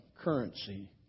currency